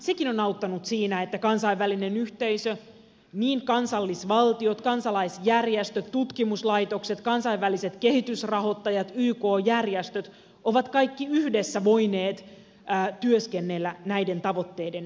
sekin on auttanut siinä että kansainvälinen yhteisö kansallisvaltiot kansalaisjärjestöt tutkimuslaitokset kansainväliset kehitysrahoittajat ykn järjestöt ovat kaikki yhdessä voineet työskennellä näiden tavoitteiden eteen